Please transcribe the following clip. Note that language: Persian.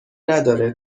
نداره